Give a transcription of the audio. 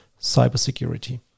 cybersecurity